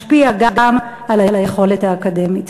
משפיע גם על היכולת האקדמית.